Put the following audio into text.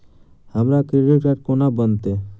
हमरा credit card कोना बनतै?